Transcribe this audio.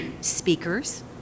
speakers